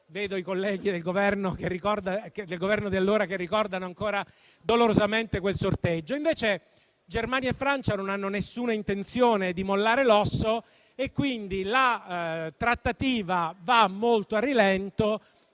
Vedo i colleghi del Governo di allora che ricordano ancora dolorosamente quel sorteggio. Invece Germania e Francia non hanno alcuna intenzione di mollare l'osso; quindi la trattativa va molto a rilento